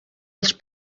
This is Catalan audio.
els